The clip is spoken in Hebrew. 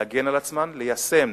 להגן על עצמן, ליישם